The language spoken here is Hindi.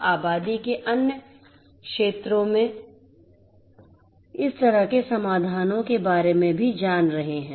हम आबादी के अन्य क्षेत्रों में लिए इस तरह के समाधानों के बारे में भी जान रहे हैं